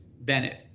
Bennett